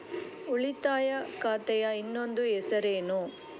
ಉಳಿತಾಯ ಖಾತೆಯ ಇನ್ನೊಂದು ಹೆಸರೇನು?